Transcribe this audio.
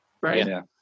right